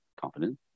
confidence